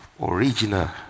original